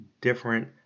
different